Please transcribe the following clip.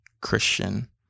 Christian